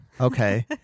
Okay